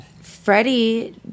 Freddie